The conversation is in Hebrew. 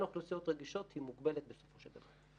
אוכלוסיות רגישות היא מוגבלת בסופו של דבר.